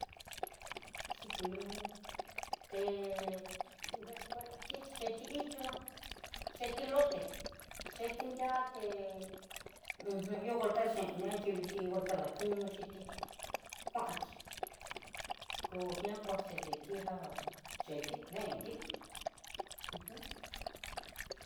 Xhikui nanití té kuai itixhi xhe ti itu'á, chetu loté chetinriaté uj, ihó vuela dakuño xhichí kuantí, kongian kuachi dé tejá chetí deen tí uj.